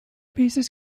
pieces